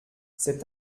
cet